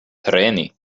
treni